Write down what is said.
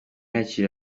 yakiriye